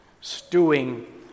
stewing